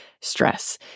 stress